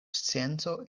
scienco